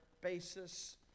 basis